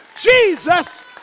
Jesus